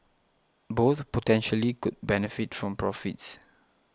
both potentially could benefit from profits